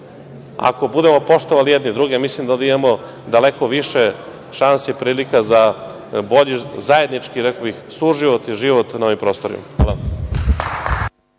nas. Ako budemo poštovali jedni druge, mislim da ovde imamo daleko više šansi i prilika za bolji, zajednički suživot i život na ovim prostorima.